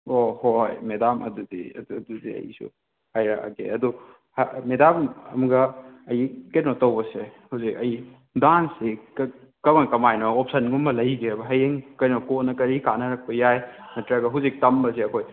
ꯑꯣ ꯍꯣꯏ ꯍꯣꯏ ꯃꯦꯗꯥꯝ ꯑꯗꯨꯗꯤ ꯑꯗꯨꯗꯤ ꯑꯩꯁꯨ ꯍꯥꯏꯔꯛꯑꯒꯦ ꯑꯗꯣ ꯃꯦꯗꯥꯝꯒ ꯑꯩ ꯀꯩꯅꯣ ꯇꯧꯕꯁꯦ ꯍꯧꯖꯤꯛ ꯑꯩ ꯗꯥꯟꯁꯁꯦ ꯀꯃꯥꯏ ꯀꯃꯥꯏꯅ ꯑꯣꯞꯁꯟꯒꯨꯝꯕ ꯂꯩꯒꯦꯕ ꯍꯌꯦꯡ ꯀꯩꯅꯣ ꯀꯣꯟꯅ ꯀꯔꯤ ꯀꯥꯟꯅꯔꯛꯄ ꯌꯥꯏ ꯅꯠꯇꯔꯒ ꯍꯧꯖꯤꯛ ꯇꯝꯕꯁꯦ ꯑꯩꯈꯣꯏ